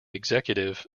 executive